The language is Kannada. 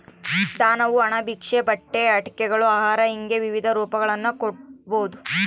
ದಾನವು ಹಣ ಭಿಕ್ಷೆ ಬಟ್ಟೆ ಆಟಿಕೆಗಳು ಆಹಾರ ಹಿಂಗೆ ವಿವಿಧ ರೂಪಗಳನ್ನು ಕೊಡ್ಬೋದು